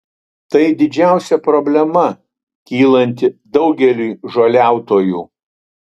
tai didžiausia problema kylanti daugeliui žoliautojų